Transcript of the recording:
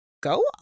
go